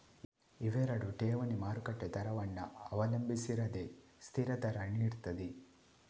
ಇವೆರಡು ಠೇವಣಿ ಮಾರುಕಟ್ಟೆ ದರವನ್ನ ಅವಲಂಬಿಸಿರದೆ ಸ್ಥಿರ ದರ ನೀಡ್ತದೆ